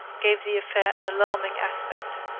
gave the affair an alarming aspect.